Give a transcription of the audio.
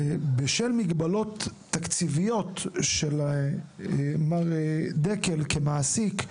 בשל מגבלות תקציביות של מר דקל כמעסיק,